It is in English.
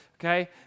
okay